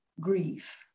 grief